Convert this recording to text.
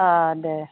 অঁ দে